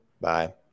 Bye